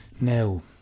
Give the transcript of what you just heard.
Now